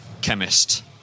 chemist